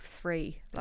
three